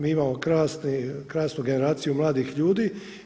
Mi imamo krasnu generaciju mladih ljudi.